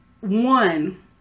one